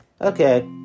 Okay